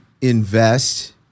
invest